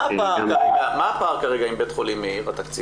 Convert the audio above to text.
מה הפער התקציבי עם בית חולים מאיר?